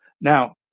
Now